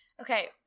Okay